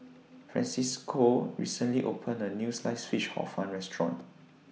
Francisco recently opened A New Sliced Fish Hor Fun Restaurant